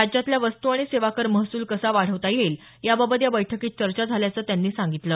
राज्यातला वस्तू आणि सेवा कर महसूल कसा वाढवता येईल याबाबत या बैठर्कोत चर्चा झाल्याचं त्यांनी सांगितलं